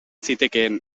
zitekeen